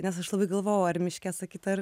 nes aš labai galvojau ar miške sakyt ar